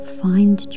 find